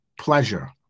pleasure